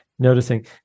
noticing